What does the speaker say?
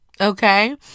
okay